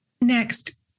Next